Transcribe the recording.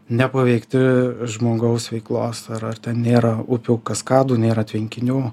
nepaveikti žmogaus veiklos ar ar ten nėra upių kaskadų nėra tvenkinių